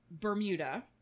Bermuda